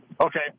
Okay